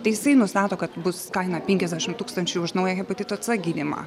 tai jisai nustato kad bus kaina penkiasdešim tūkstančių už naują hepatito c gydymą